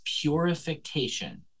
purification